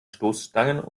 stoßstangen